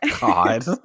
God